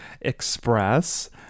Express